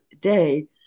day